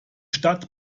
stadt